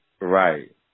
Right